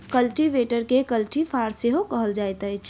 कल्टीवेटरकेँ कल्टी फार सेहो कहल जाइत अछि